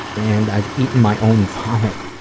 and i've eaten my own vomit.